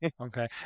okay